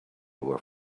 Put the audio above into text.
were